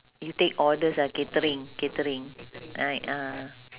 you take orders ah catering catering like ah